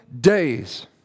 days